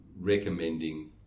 recommending